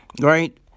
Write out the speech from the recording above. Right